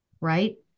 right